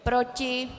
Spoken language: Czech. Proti?